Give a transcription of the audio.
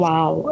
Wow